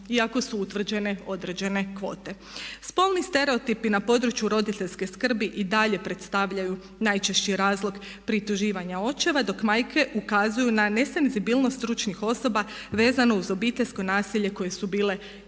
iako su utvrđene određene kvote. Spolni stereotipi na području roditeljske skrbi i dalje predstavljaju najčešći razlog prituživanja očeva dok majke ukazuju na nesenzibilnost stručnih osoba vezanih uz obiteljsko nasilje kojem su bile izložene.